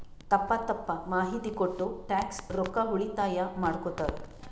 ತಪ್ಪ ತಪ್ಪ ಮಾಹಿತಿ ಕೊಟ್ಟು ಟ್ಯಾಕ್ಸ್ ರೊಕ್ಕಾ ಉಳಿತಾಯ ಮಾಡ್ಕೊತ್ತಾರ್